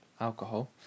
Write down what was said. alcohol